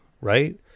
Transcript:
Right